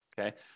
okay